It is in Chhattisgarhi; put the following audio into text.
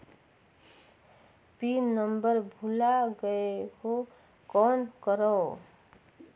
पिन नंबर भुला गयें हो कौन करव?